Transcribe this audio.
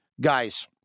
Guys